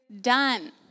done